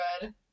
good